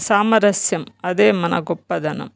సామరస్యం అదే మన గొప్పదనం